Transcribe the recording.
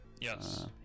yes